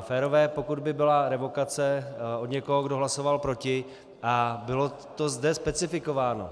férové, pokud by byla revokace od někoho, kdo hlasoval proti, a bylo to zde specifikováno.